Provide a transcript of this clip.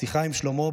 השיחה עם שלמה,